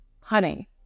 Honey